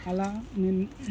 అలా